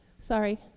Sorry